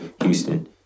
Houston